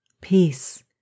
Peace